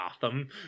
Gotham